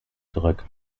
zurück